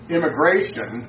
Immigration